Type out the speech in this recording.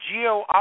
GEO